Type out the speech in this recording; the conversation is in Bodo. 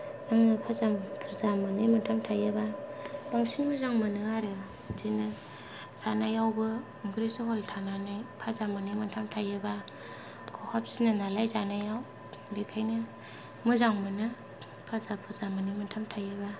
आङो फाजा फुजा मोननै मोनथाम थायोबा बांसिन मोजां मोनो आरो बिदिनो जानायावबो ओंख्रि जहल थानानै फाजा मोननै मोनथाम थायोब्ला खहाबसिनो नालाय जानायाव बेखायनो मोजां मोनो फाजा फुजा मोननै मोनथाम थायोबा